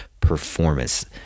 performance